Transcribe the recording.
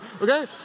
okay